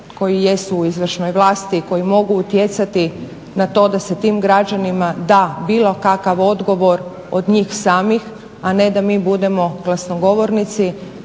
koji jesu u izvršnoj vlasti, koji mogu utjecati na to da se tim građanima da bilo kakav odgovor od njih samih a ne da mi budemo glasnogovornici